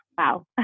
Wow